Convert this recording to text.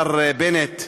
השר בנט,